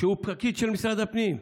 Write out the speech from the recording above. שהוא פקיד של משרד הפנים,